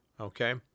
Okay